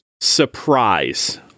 surprise